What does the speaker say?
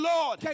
Lord